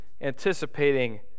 anticipating